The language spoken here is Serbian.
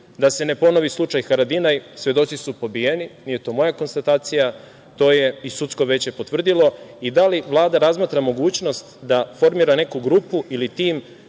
da se ne ponovi slučaj Haradinaj, svedoci su pobijeni, nije to moja konstatacija, to je i sudsko veće potvrdilo. Da li Vlada razmatra mogućnost da formira neku grupu ili tim